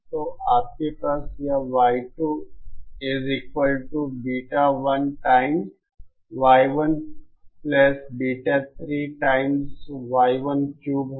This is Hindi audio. तो आपके पास यह y2 is equal to beta 1 times y1 beta 3 times y1 cube है